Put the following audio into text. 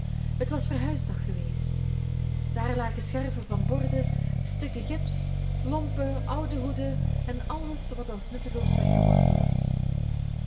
het was verhuisdag geweest daar lagen scherven van borden stukken gips lompen oude hoeden en alles wat als nutteloos weggeworpen was